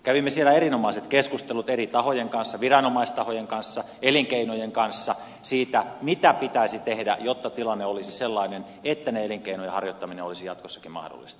kävimme siellä erinomaiset keskustelut eri tahojen kanssa viranomaistahojen kanssa elinkeinojen kanssa siitä mitä pitäisi tehdä jotta tilanne olisi sellainen että elinkeinojen harjoittaminen olisi jatkossakin mahdollista